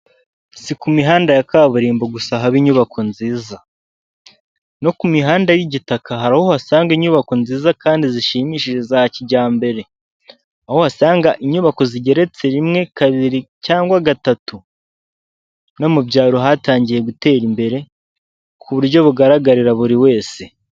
Si ku mihanda ya kaburimbo gusa haba inyubako nziza, no ku mihanda y'igitaka hari aho uhasanga inyubako nziza kandi zishimishije za kijyambere aho wasanga inyubako zigeretse rimwe kabiri cyangwa gatatu no mu byaro hatangiye gutera imbere ku buryo bugaragarira buri wese.